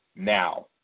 Now